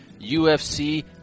UFC